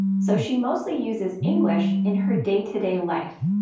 so she mostly uses english in her day-to-day life.